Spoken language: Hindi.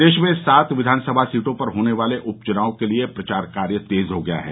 प्रदेश में सात विधानसभा सीटों पर होने वाले उप चुनाव के लिए प्रचार कार्य तेज हो गया है